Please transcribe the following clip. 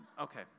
okay